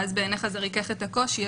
ואז בעיניך זה ריכך את הקושי,